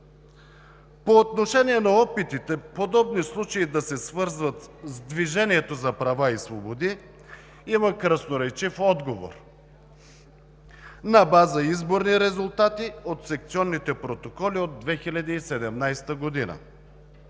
По отношение на опитите подобни случаи да се свързват с „Движението за права и свободи“, има красноречив отговор на база изборни резултати от секционните протоколи от 2017 г.